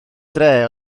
dre